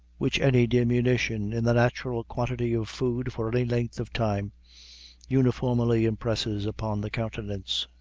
which any diminution in the natural quantity of food for any length of time uniformly impresses upon the countenance.